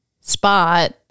Spot